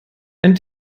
ein